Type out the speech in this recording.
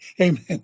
Amen